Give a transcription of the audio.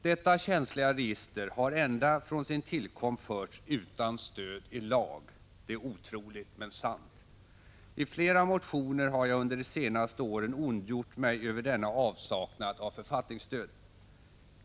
Detta känsliga register har ända från sin tillkomst förts utan stöd i lag — det är otroligt men sant. I flera motioner har jag under de senaste åren ondgjort mig över denna avsaknad av författningsstöd.